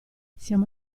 siamo